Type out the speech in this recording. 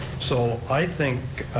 so i think,